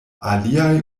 aliaj